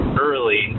early